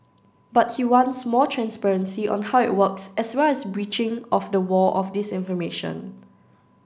but he wants more transparency on how it works as well as a breaching of the wall of disinformation